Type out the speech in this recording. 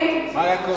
מה היה קורה?